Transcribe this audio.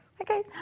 Okay